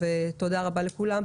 תודה רבה לכולם.